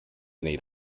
need